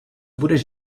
budeš